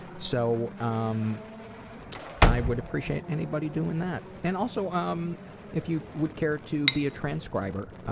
so, um i would appreciate anybody doing that. and also um if you would care to be a transcriber,